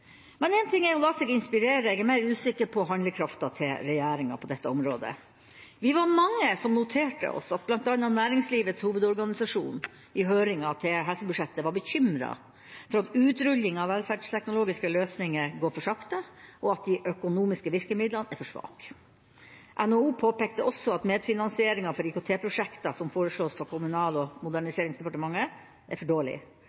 Men én ting er å la seg inspirere; jeg er mer usikker på handlekrafta til regjeringa på dette området. Vi var mange som noterte oss at bl.a. Næringslivets Hovedorganisasjon i høringen til helsebudsjettet var bekymret for at utrulling av velferdsteknologiske løsninger går for sakte, og at de økonomiske virkemidlene er for svake. NHO påpekte også at medfinansieringa for IKT-prosjekter som foreslås fra Kommunal- og moderniseringsdepartementet, er for dårlig,